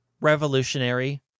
revolutionary